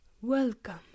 Welcome